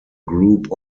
group